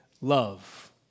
love